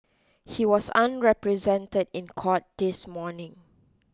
he was unrepresented in court this morning